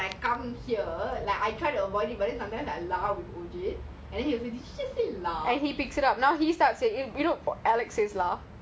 I cactually when I was there I had the clue to be talking but then when I come here like I try to avoid but then sometimes I lah and then